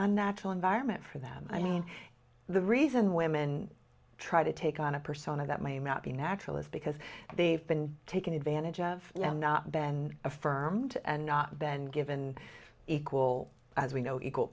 a natural environment for them i mean the reason women try to take on a persona that may not be natural is because they've been taken advantage of not been affirmed and not been given equal as we know equal